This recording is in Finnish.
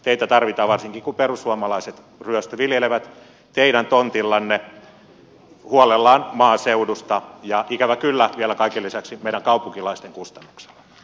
teitä tarvitaan varsinkin kun perussuomalaiset ryöstöviljelevät teidän tontillanne huolellaan maaseudusta ja ikävä kyllä vielä kaiken lisäksi meidän kaupunkilaisten kustannuksella